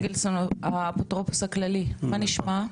האפוטרופוס הכללי, מה נשמע?